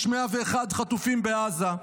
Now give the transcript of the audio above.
יש 101 חטופים בעזה,